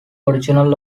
original